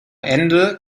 ende